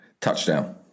Touchdown